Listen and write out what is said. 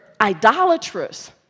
idolatrous